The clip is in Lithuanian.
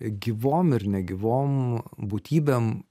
gyvom ir negyvom būtybėm